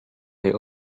they